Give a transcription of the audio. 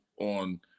on